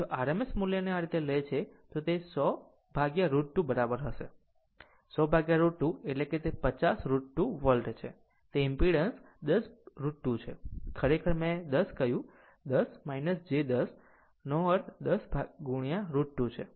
જો RMS મૂલ્યને આ રીતે લે છે તો તે 100 √ 2 બરાબર હશે 100 √ 2 કે તે 50 √ 2 વોલ્ટછે તે ઈમ્પીડંસ 10 √ 2 છે ખરેખર મેં 10 કહ્યું 10 j 10 નો અર્થ 10 √ 2 છે